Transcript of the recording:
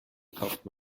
kauft